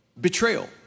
betrayal